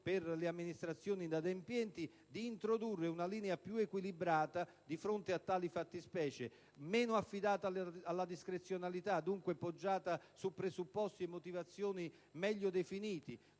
per le amministrazioni inadempienti, di introdurre una linea più equilibrata di fronte a tali fattispecie, meno affidata alla discrezionalità e dunque poggiata su presupposti e motivazioni meglio definiti,